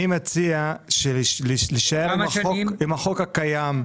אני מציע להישאר עם החוק הקיים,